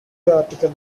article